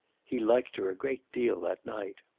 he liked her a great deal that night.